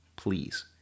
Please